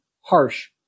harsh